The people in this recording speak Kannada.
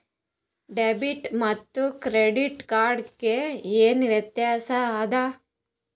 ಡೆಬಿಟ್ ಮತ್ತ ಕ್ರೆಡಿಟ್ ಕಾರ್ಡ್ ಗೆ ಏನ ವ್ಯತ್ಯಾಸ ಆದ?